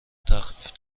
تخفیف